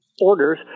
orders